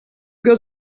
got